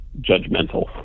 judgmental